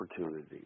opportunity